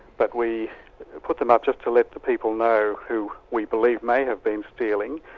but we put them up just to let the people know who we believe may have been stealing.